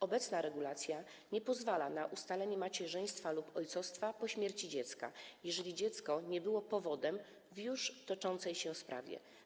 Obecna regulacja nie pozwala na ustalenie macierzyństwa lub ojcostwa po śmierci dziecka, jeżeli dziecko nie było powodem w już toczącej się sprawie.